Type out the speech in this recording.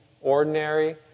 ordinary